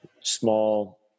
small